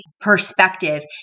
perspective